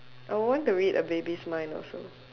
I want to read a baby's mind also